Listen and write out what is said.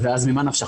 אז ממה נפשך?